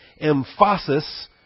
emphasis